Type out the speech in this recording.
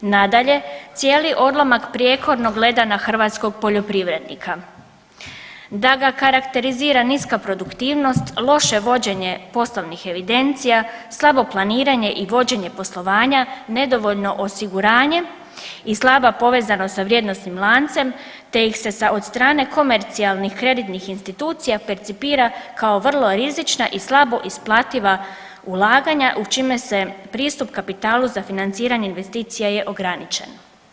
Nadalje, cijeli odlomak prijekornog leda na hrvatskog poljoprivrednika, da ga karakterizira niska produktivnost, loše vođenje poslovnih evidencija, slabo planiranje i vođenje poslovanja, nedovoljno osiguranje i slaba povezanost sa vrijednosnim lancem, te ih se sa od strane komercionalnih kreditnih institucija percipira kao vrlo rizična i slabo isplativa ulaganja u čime se pristup kapitalu za financiranje investicija je ograničen.